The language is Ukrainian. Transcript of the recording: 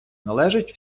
належить